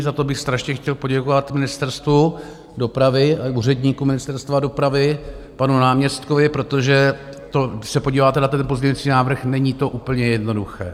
Za to bych strašně chtěl poděkovat Ministerstvu dopravy a i úředníkům Ministerstva dopravy, panu náměstkovi, protože když se podíváte na ten pozměňovací návrh, není to úplně jednoduché.